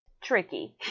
tricky